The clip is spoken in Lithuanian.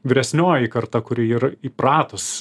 vyresnioji karta kuri yra įpratus